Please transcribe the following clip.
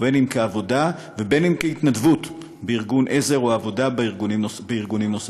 בין אם כעבודה ובין אם כהתנדבות בארגון עזר או עבודה בארגונים אחרים.